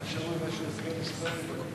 הם נשארו עם איזה הסכם שצריך,